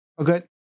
okay